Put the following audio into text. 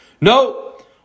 No